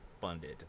funded